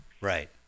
right